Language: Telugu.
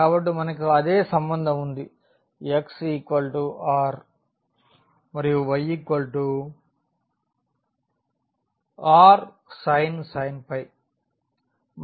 కాబట్టి మనకు అదే సంబంధం ఉంది x r మరియు y r మరియు ఎప్పటిలాగే z z